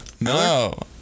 no